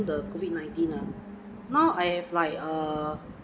the COVID-nineteen lah now I have like err